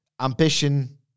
ambition